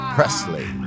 Presley